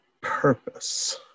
purpose